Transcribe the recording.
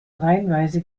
reihenweise